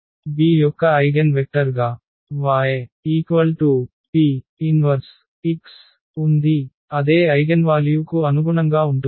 B యొక్క eigenvector గా y P 1x ఉంది అదే ఐగెన్వాల్యూ కు అనుగుణంగా ఉంటుంది